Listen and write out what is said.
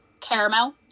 Caramel